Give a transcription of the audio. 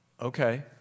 Okay